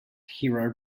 hero